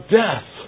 death